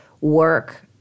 work